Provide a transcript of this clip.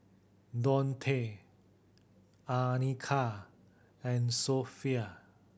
Daunte Anika and Sophie